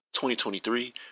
2023